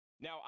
now